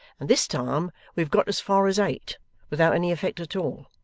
and this time we have got as far as eight without any effect at all.